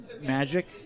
Magic